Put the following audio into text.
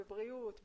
בבריאות,